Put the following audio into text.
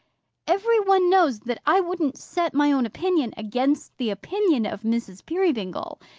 every one knows that i wouldn't set my own opinion against the opinion of mrs. peerybingle,